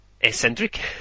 eccentric